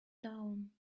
down